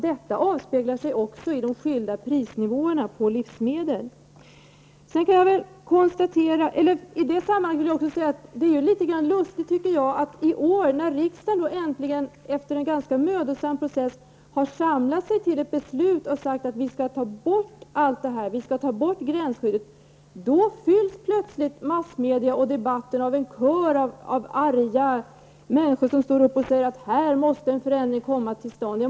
Detta avspeglar sig också i de skilda prisnivåerna på livsmedel. Jag tycker vidare att det är litet grand lustigt i år, när riksdagen äntligen efter en ganska mödosam process har samlat sig till ett beslut att ta bort gränsskyddet, fylls plötsligt massmedia med debattinlägg från en kör av arga människor, som säger att en förändring måste komma till stånd.